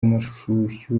amashyushyu